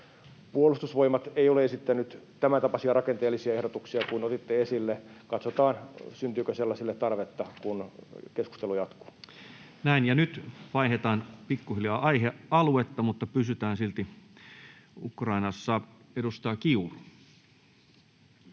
Puolustusvoimat ei ole esittänyt tämäntapaisia rakenteellisia ehdotuksia kuin otitte esille. Katsotaan, syntyykö sellaisille tarvetta, kun keskustelu jatkuu. Nyt vaihdetaan pikkuhiljaa aihealuetta, mutta pysytään silti Ukrainassa. — Edustaja Kiuru.